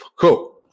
Cool